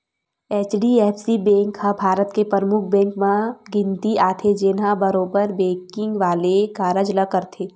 HDFC bank ह भारत के परमुख बेंक मन म गिनती आथे, जेनहा बरोबर बेंकिग वाले कारज ल करथे